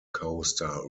coaster